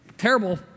terrible